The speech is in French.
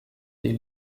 des